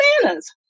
bananas